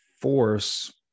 force